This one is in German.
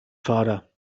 fahrer